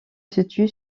situe